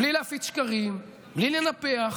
בלי להפיץ שקרים, בלי לנפח